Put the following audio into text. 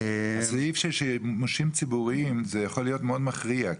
הסעיף של שימושים ציבוריים זה יכול להיות מאוד מכריע.